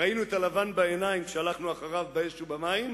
ראינו את הלבן בעיניים כשהלכנו אחריו באש ובמים,